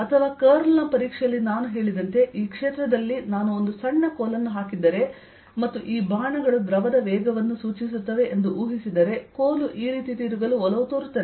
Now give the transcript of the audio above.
ಅಥವಾ ಕರ್ಲ್ ನ ಪರೀಕ್ಷೆಯಲ್ಲಿ ನಾನು ಹೇಳಿದಂತೆ ಈ ಕ್ಷೇತ್ರದಲ್ಲಿ ನಾನು ಒಂದು ಸಣ್ಣ ಕೋಲನ್ನು ಹಾಕಿದರೆ ಮತ್ತು ಈ ಬಾಣಗಳು ದ್ರವದ ವೇಗವನ್ನು ಸೂಚಿಸುತ್ತವೆ ಎಂದು ಊಹಿಸಿದರೆ ಕೋಲು ಈ ರೀತಿ ತಿರುಗಲು ಒಲವು ತೋರುತ್ತದೆ